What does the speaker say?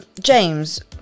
James